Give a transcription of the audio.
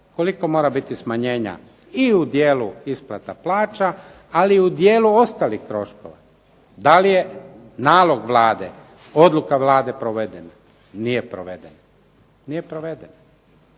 koliko mora biti smanjenja i u dijelu isplata plaća ali i u dijelu ostalih troškova, da li je nalog Vlade, odluka Vlade provedena, nije provedena. Nije provedena.